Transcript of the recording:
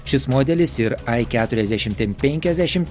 šis modelis ir ai keturiasdešim ten penkiasdešim